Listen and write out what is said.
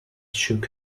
shook